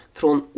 från